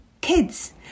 kids